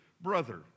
brother